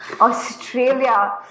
australia